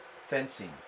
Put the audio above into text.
fencing